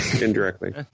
indirectly